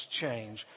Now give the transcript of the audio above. change